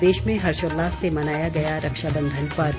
प्रदेश में हर्षोल्लास से मनाया गया रक्षाबंधन पर्व